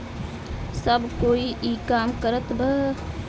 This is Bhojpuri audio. सब कोई ई काम करत बा